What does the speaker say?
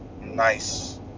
nice